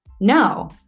No